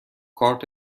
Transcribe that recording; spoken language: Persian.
کارت